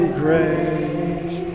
grace